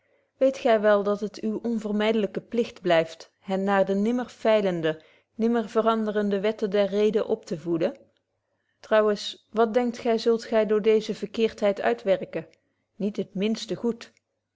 weet gy wel dat het uw onvermydelyke pligt blyft hen naar de nimmer feilende nimmer veranderende wetten der reden optevoeden trouwens wat denkt gy zult gy door deeze verkeerdheid uitwerken niets het minste goed